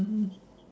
mmhmm